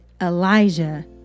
Elijah